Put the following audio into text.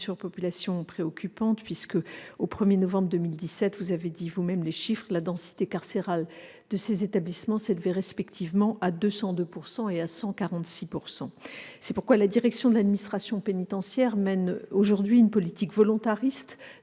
surpopulation préoccupante puisque, au 1 novembre 2017- vous avez vous-même rappelé les chiffres -, la densité carcérale de ces établissements s'élevait respectivement à 202 % et 146 %. C'est pourquoi la direction de l'administration pénitentiaire mène aujourd'hui une politique volontariste